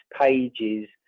pages